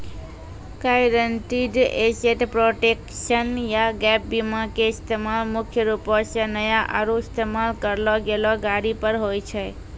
guaranteed asset protection या gap बीमा के इस्तेमाल मुख्य रूपो से नया आरु इस्तेमाल करलो गेलो गाड़ी पर होय छै